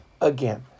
again